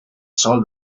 sòl